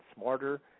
smarter